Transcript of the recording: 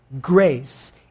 grace